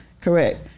Correct